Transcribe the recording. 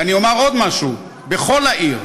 ואני אומר עוד משהו: בכל העיר.